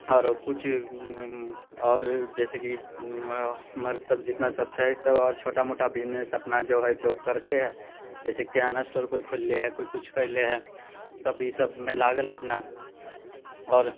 आओर किछु आओर जैसे कि मर्द सब जितना सब छै सब आओर छोटा मोटा बिजनेस सब अपना जोग करते हइ जैसे किराना स्टोर केओ खोलले हइ केओ किछु करले हइ सब ई सबमे लागल हइ अपना आओर